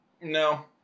No